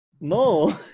No